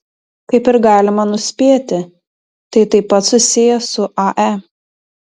kaip ir galima nuspėti tai taip pat susiję su ae